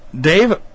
Dave